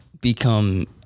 become